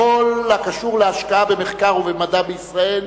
בכל הקשור להשקעה במחקר ובמדע בישראל,